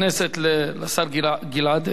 לשר גלעד ארדן.